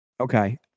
Okay